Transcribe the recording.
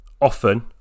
often